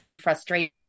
frustration